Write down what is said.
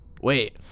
wait